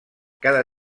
cada